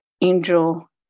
angel